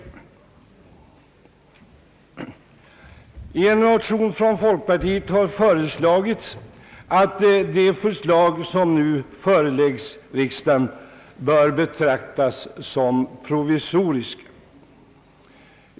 I en motion från folkpartiet har föreslagits att de förslag som nu förelägges riksdagen bör betraktas som provisoriska.